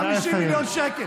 50 מיליון שקל,